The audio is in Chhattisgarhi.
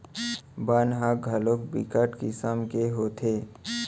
बन ह घलोक बिकट किसम के होथे